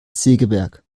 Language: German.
segeberg